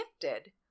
gifted